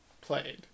played